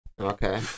Okay